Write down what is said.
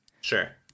Sure